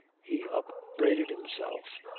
he upbraided himself.